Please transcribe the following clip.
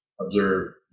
observe